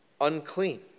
unclean